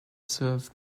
served